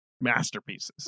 masterpieces